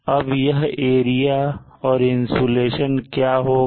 अब यह एरिया और इंसुलेशन क्या होगा